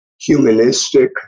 humanistic